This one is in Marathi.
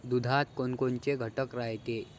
दुधात कोनकोनचे घटक रायते?